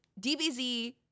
dbz